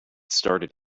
started